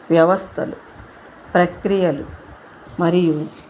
వ్యవస్థలు ప్రక్రియలు మరియు